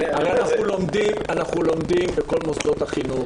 הרי אנחנו לומדים בכל מוסדות החינוך,